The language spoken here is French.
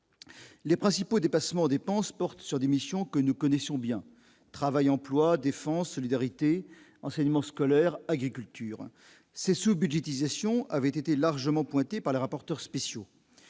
Les principaux déplacements dépenses portent sur des missions que nous connaissions bien travail emploi défense solidarité enseignement scolaire agriculture ces sous-budgétisation avait été largement pointées par les rapporteurs spéciaux